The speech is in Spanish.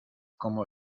como